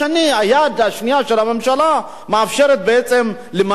היד השנייה של הממשלה מאפשרת בעצם למנף את